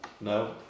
No